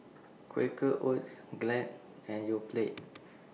Quaker Oats Glad and Yoplait